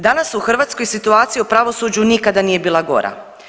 Danas uz Hrvatskoj situacija u pravosuđu nikada nije bila gora.